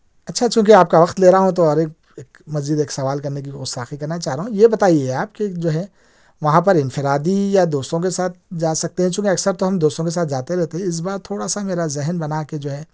اچھا چونکہ آپ کا وقت لے رہا ہوں تو اور ایک ایک مزید ایک سوال کرنے کی گستاخی کرنا چاہ رہا ہوں یہ بتائیے آپ کہ جو ہے وہاں پر انفرادی یا دوستوں کے ساتھ جا سکتے ہیں چونکہ اکثر تو ہم دوستوں کے ساتھ جاتے رہتے ہیں اس بار تھوڑا سا میرا ذہن بنا کہ جو ہے